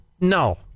no